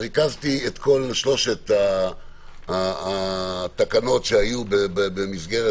ריכזתי את כל שלוש התקנות שהיו במסגרת